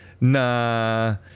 nah